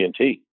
TNT